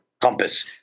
compass